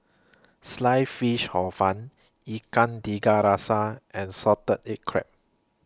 Sliced Fish Hor Fun Ikan Tiga Rasa and Salted Egg Crab